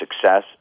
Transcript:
success